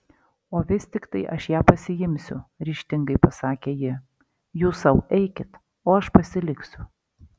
o vis tiktai aš ją pasiimsiu ryžtingai pasakė ji jūs sau eikit o aš pasiliksiu